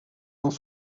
dans